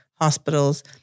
hospitals